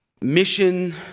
mission